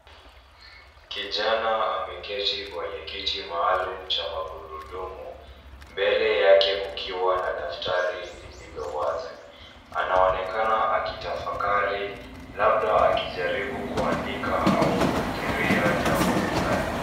Kijana ameketi kwenye kiti maalum cha magurudumu .Mbele yake kukiwa na daftari lililo wazi. Anaonekana akitafakari labda akijaribu kuandika au kufikiria jambo fulani.